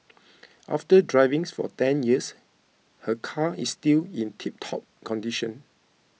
after driving for ten years her car is still in tiptop condition